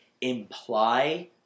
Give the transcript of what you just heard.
imply